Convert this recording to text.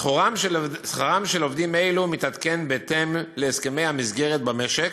שכרם של עובדים אלו מתעדכן בהתאם להסכמי המסגרת במשק,